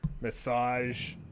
massage